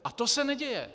A to se neděje.